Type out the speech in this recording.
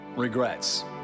regrets